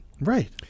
right